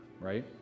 right